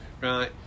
right